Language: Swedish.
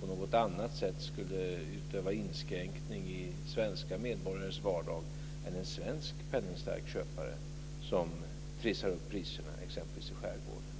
på något annat sätt skulle utöva inskränkning i svenska medborgares vardag än en svensk penningstark köpare som trissar upp priserna t.ex. i skärgården.